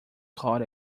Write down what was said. caught